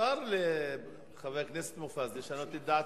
מותר לחבר הכנסת מופז לשנות את דעתו.